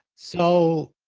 so,